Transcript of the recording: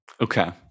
Okay